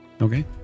Okay